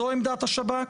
זו עמדת השב"כ?